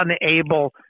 unable